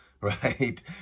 right